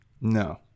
No